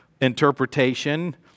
interpretation